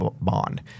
bond